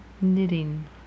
Knitting